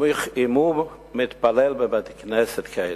אם הוא מתפלל בבתי-כנסת כאלה,